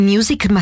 Music